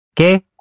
Okay